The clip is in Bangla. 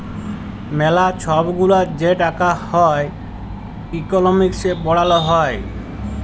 ম্যালা ছব গুলা যে টাকা হ্যয় ইকলমিক্সে পড়াল হ্যয়